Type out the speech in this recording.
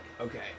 okay